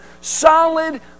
solid